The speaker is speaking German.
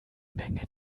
menge